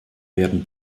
werden